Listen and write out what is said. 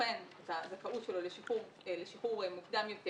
בוחן את הזכאות שלו לשחרור מוקדם יותר